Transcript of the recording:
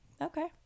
Okay